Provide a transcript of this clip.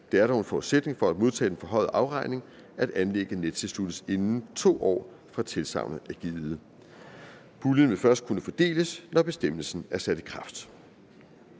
Det er dog en forudsætning for at modtage den forhøjede afregning, at anlægget nettilsluttes inden 2 år, fra tilsagnet er givet. Puljen vil først kunne fordeles, når bestemmelsen er sat i kraft.